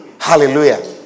Hallelujah